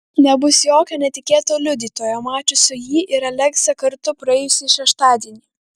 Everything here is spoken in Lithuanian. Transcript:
nebus jokio netikėto liudytojo mačiusio jį ir aleksę kartu praėjusį šeštadienį